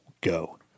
go